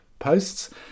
posts